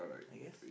I guess